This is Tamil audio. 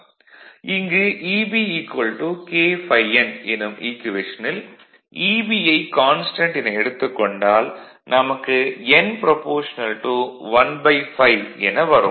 இங்கு Eb K∅n என்னும் ஈக்குவேஷனில் Eb யை கான்ஸ்டன்ட் என எடுத்துக் கொண்டால் நமக்கு n α 1∅ என வரும்